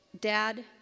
Dad